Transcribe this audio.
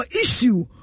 issue